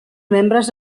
membres